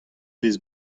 vez